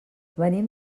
venim